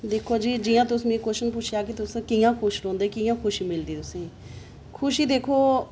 दिक्खो जी जि'यां तुसें मिगी क्वोशन पुच्छेआ कि तुस कि'यां खुश रौंह्दे कि'यां खुशी मिलदी तु'सेंगी खुशी दिक्खो